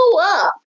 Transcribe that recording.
up